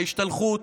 ההשתלחות,